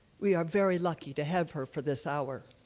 we are very lucky to have her for this hour.